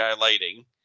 lighting